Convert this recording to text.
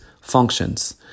functions